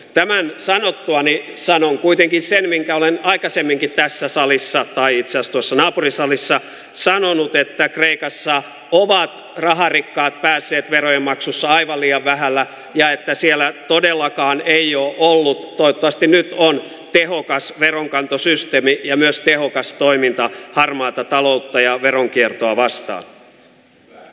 tämän sanottuani sanon kuitenkin sen minkä olen aikaisemminkin tässä salissa tai itse asiassa tuossa naapurisalissa sanonut että kreikassa ovat raharikkaat päässeet verojen maksussa aivan liian vähällä ja että siellä todellakaan ei ole ollut toivottavasti nyt on veronkantosysteemi tehokas eikä myöskään ole ollut tehokasta toimintaa harmaata taloutta ja veronkiertoa vastaan